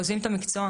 עוזבים את המקצוע.